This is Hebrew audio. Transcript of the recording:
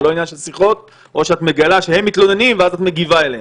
זה לא עניין של שיחות או שאת מגלה שהם מתלוננים ואז את מגיבה אליהם.